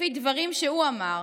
לפי דברים שהוא אמר,